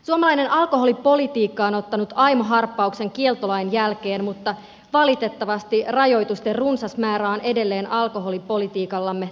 suomalainen alkoholipolitiikka on ottanut aimo harppauksen kieltolain jälkeen mutta valitettavasti rajoitusten runsas määrä on edelleen alkoholipolitiikallemme tunnusomaista